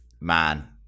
man